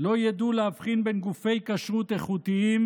לא ידעו להבחין בין גופי כשרות איכותיים